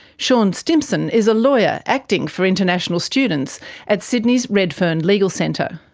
sean stimson is a lawyer acting for international students at sydney's redfern legal centre.